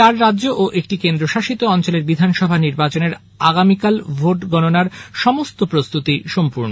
চার রাজ্য ও একটি কেন্দ্র শাসিত অঞ্চলের বিধানসভা নির্বাচনের আগামীকালের ভোট গণনার সমস্ত প্রস্তুতি সম্পূর্ণ